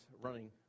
running